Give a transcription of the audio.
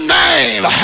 name